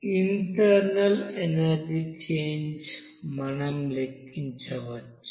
internal energy change మనం లెక్కించవచ్చు